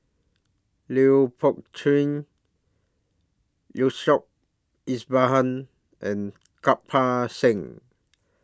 Lui Pao Chuen Yaacob Ibrahim and Kirpal Singh